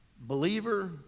believer